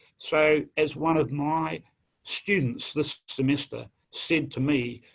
so, as one of my students, this semester, said to me,